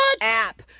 app